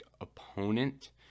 opponent